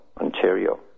Ontario